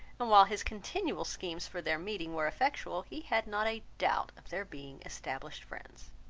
and while his continual schemes for their meeting were effectual, he had not a doubt of their being established friends.